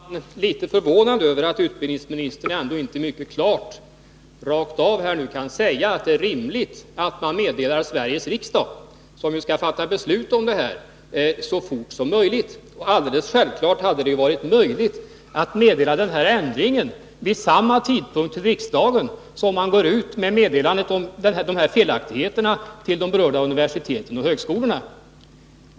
Herr talman! Jag är litet förvånad över att utbildningsministern inte klart och rakt ut här kan säga att det är rimligt att man så fort som möjligt meddelar Sveriges riksdag, som ju skall fatta beslut i ärendet. Alldeles självfallet hade det varit möjligt att meddela riksdagen den här ändringen vid samma tidpunkt som man gick ut med meddelandet om felaktigheterna till de berörda universiteten och högskolorna.